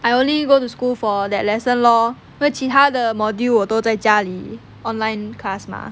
I only go to school for that lesson lor 因为其他的 module 我都在家里 online class mah